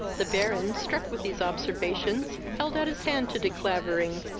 the baron, struck with these observations, held out his hand to de clavering,